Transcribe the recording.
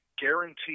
guarantee